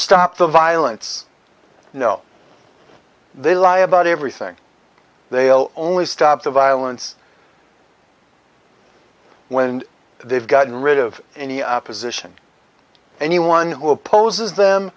stop the violence you know they lie about everything they'll only stop the violence when they've gotten rid of any opposition anyone who opposes them